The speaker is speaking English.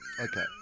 okay